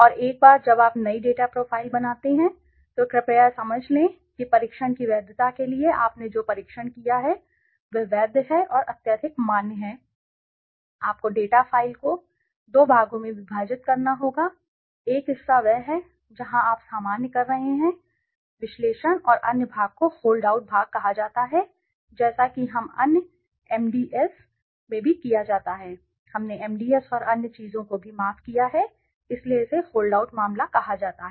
और एक बार जब आप एक नई डेटा फ़ाइल बनाते हैं तो कृपया यह समझ लें कि परीक्षण की वैधता के लिए कि आपने जो परीक्षण किया है वह वैध है और अत्यधिक मान्य है आपको डेटा फ़ाइल को दो भागों में विभाजित करना होगा एक हिस्सा वह है जहाँ आप सामान्य कर रहे हैं विश्लेषण और अन्य भाग को होल्ड आउट भाग कहा जाता है जैसा कि हम अन्य एमडीएस में भी किया जाता है हमने एमडीएस और अन्य चीजों को भी माफ किया है इसलिए इसे होल्ड आउट मामला कहा जाता है